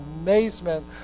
amazement